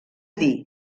dir